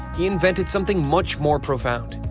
he invented something much more profound.